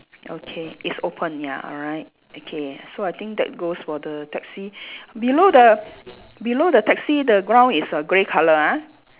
okay it's open ya alright okay so I think that goes for the taxi below the below the taxi the ground is err grey colour ah